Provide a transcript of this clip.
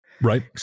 Right